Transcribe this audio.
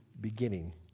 beginning